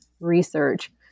research